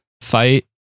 fight